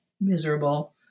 miserable